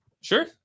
Sure